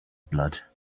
blood